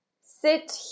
Sit